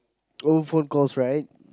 old phone calls right